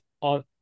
on